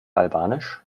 albanisch